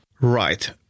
Right